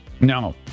No